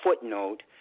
footnote